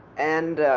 and